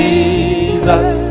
Jesus